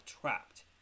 trapped